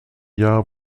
jahr